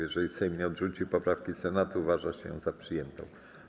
Jeżeli Sejm nie odrzuci poprawki Senatu, uważa się ją za przyjętą.